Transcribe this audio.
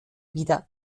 wieder